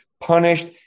punished